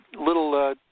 little –